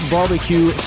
Barbecue